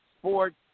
Sports